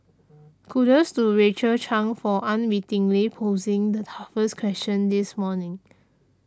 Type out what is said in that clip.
kudos to Rachel Chang for unwittingly posing the toughest question this morning